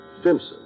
Stimson